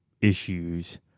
issues